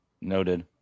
Noted